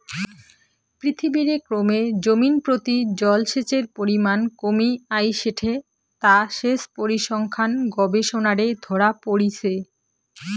পৃথিবীরে ক্রমে জমিনপ্রতি জলসেচের পরিমান কমি আইসেঠে তা সেচ পরিসংখ্যান গবেষণারে ধরা পড়িচে